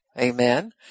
Amen